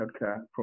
healthcare